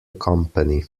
company